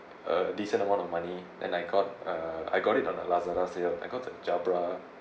a decent amount of money and I got uh I got it on a lazada sales I got the Jabra